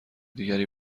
دیگر